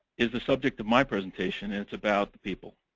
is the subject of my presentation. it's about people.